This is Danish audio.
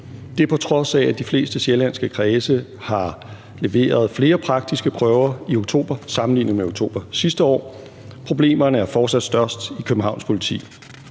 Det er, på trods af at de fleste sjællandske kredse har leveret flere praktiske prøver i oktober sammenlignet med oktober sidste år. Problemerne er fortsat størst i Københavns Politi.